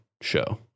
show